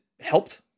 helped